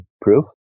proof